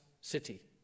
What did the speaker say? city